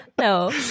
No